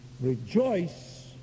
Rejoice